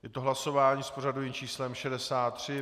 Je to hlasování s pořadovým číslem 63.